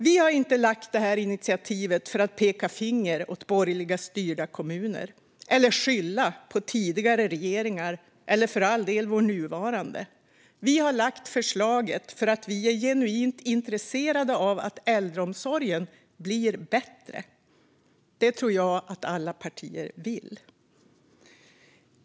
Vi har inte tagit det här initiativet för att peka finger åt borgerligt styrda kommuner eller för att skylla på tidigare regeringar eller för all del på vår nuvarande regering. Vi har lagt det här förslaget för att vi är genuint intresserade av att äldreomsorgen ska bli bättre. Jag tror att alla partier vill att den ska bli det.